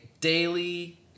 daily